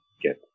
get